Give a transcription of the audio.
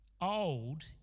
Old